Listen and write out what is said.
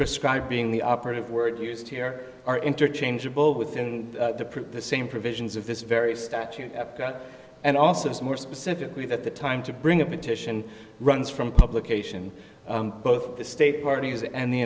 prescribed being the operative word used here are interchangeable within the same provisions of this very statute and also is more specifically that the time to bring a petition runs from publication both the state parties and the